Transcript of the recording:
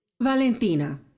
Valentina